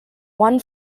one